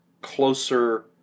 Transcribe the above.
closer